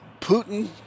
Putin